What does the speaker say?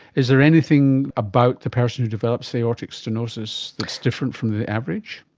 is there anything about the person who develops aortic stenosis different from the average?